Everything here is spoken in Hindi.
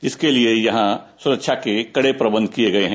इसके लिये यहां सुरक्षा के कड़े प्रबंध किये गये हैं